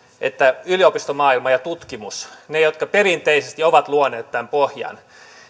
että yliopistomaailma ja tutkimus ne jotka perinteisesti ovat luoneet tämän pohjan